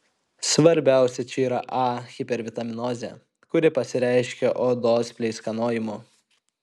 svarbiausia čia yra a hipervitaminozė kuri pasireiškia odos pleiskanojimu